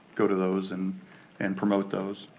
go to those and and promote those.